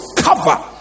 cover